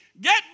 get